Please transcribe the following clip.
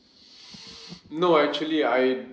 no actually I